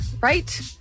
right